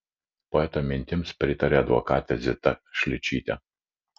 poeto mintims pritarė advokatė zita šličytė